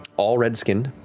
all red-skinned